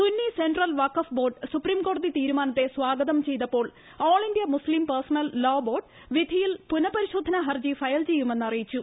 Sunni central Waqf board supreme കോടതി തീരുമാനത്തെ സ്വാഗതം ചെയ്തപ്പോൾ all India Muslim personal law board വിധിയിൽ പുനപ്രിശോധനാ ഹർജി ഫയൽ ചെയ്യുമെന്ന് അറിയിച്ചു